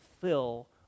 fill